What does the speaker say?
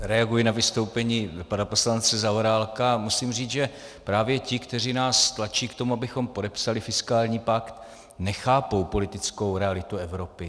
Reaguji na vystoupení pana poslance Zaorálka a musím říct, že právě ti, kteří nás tlačí k tomu, abychom podepsali fiskální pakt, nechápou politickou realitu Evropy.